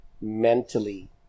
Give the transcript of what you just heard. mentally